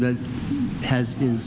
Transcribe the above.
that has been